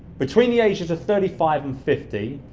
between the ages of thirty five and fifty,